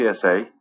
PSA